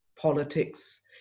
Politics